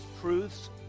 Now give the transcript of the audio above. truths